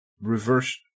reverse